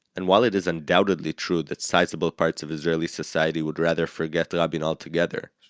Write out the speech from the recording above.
and while it is undoubtedly true that sizeable parts of israeli society would rather forget rabin altogether,